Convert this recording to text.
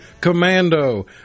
Commando